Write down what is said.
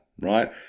right